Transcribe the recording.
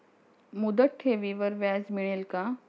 मुदत ठेवीवर व्याज मिळेल का?